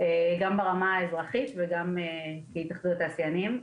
גם ברמה האזרחית וגם כהתאחדות התעשיינים.